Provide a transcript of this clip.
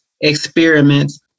experiments